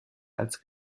als